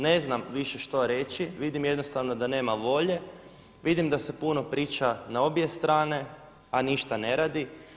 Ne znam više što reći, vidim jednostavno da nema volje, vidim da se puno priča na obje strane a ništa ne radi.